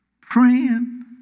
praying